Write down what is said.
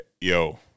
yo